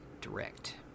Direct